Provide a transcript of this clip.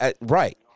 right